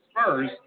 Spurs